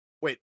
Wait